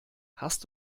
hast